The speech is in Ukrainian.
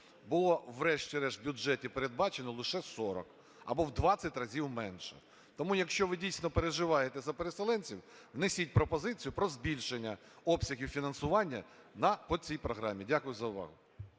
було врешті-решт в бюджеті передбачено лише 40 або в 20 разів менше. Тому, якщо ви дійсно переживаєте за переселенців, внесіть пропозицію про збільшення обсягів фінансування по цій програмі. Дякую за увагу.